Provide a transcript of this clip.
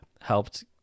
helped